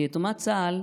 כיתומת צה"ל,